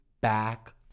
back